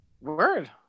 Word